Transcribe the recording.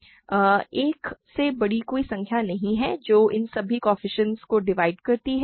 1 से बड़ी कोई संख्या नहीं है जो इन सभी कोएफ़िशिएंटस को डिवाइड करती है